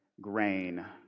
grain